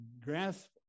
grasp